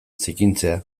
zikintzea